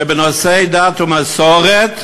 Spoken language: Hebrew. שבנושאי דת ומסורת,